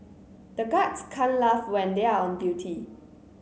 the guards can't laugh when they are on duty